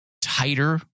tighter